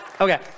Okay